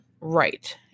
right